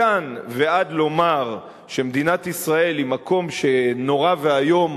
מכאן ועד לומר שמדינת ישראל היא מקום שנורא ואיום